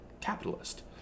capitalist